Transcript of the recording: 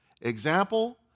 Example